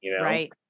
Right